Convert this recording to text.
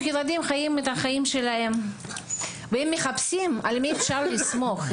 הילדים חיים את החיים שלהם והם מחפשים על מי אפשר לסמוך.